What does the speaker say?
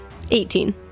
18